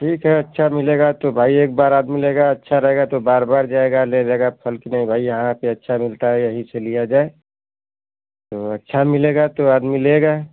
ठीक है अच्छा मिलेगा तो भाई एक बार आदमी लेगा अच्छा रहेगा तो बार बार जाएगा ले जाएगा फल कि नहीं भाई यहाँ पर अच्छा मिलता है यहीं से लिया जाए जो अच्छा मिलेगा तो आदमी लेगा